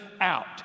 out